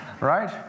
right